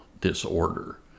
disorder